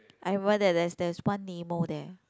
I remember that there's there's one Nemo there